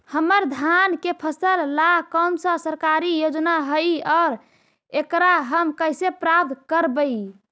हमर धान के फ़सल ला कौन सा सरकारी योजना हई और एकरा हम कैसे प्राप्त करबई?